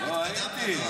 לא, הייתי.